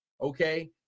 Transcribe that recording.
Okay